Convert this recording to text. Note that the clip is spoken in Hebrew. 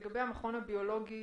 לגבי המכון הביולוגי,